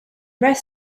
rest